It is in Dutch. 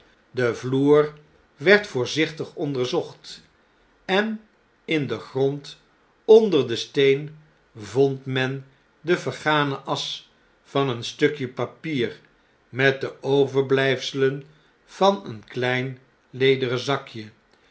de vloer werd voorzichtig onderzocht en in den grond onder den steen vond men de vergane asch van een stuk papier met de overb ijfselenvan een klein lederen zakje